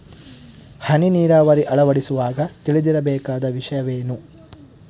ಹನಿ ನೀರಾವರಿ ಅಳವಡಿಸುವಾಗ ತಿಳಿದಿರಬೇಕಾದ ವಿಷಯವೇನು?